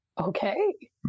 Okay